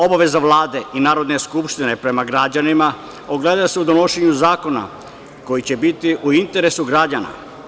Obaveza Vlade i Narodne skupštine prema građanima ogleda se u donošenju zakona koji će biti u interesu građana.